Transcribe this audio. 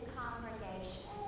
congregation